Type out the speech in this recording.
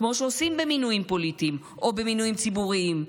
כמו שעושים במינויים פוליטיים או במינויים ציבוריים,